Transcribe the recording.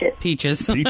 peaches